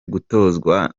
gutozwa